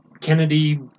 Kennedy